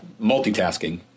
multitasking